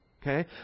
Okay